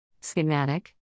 Schematic